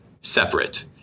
separate